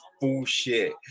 bullshit